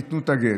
ייתנו את הגט.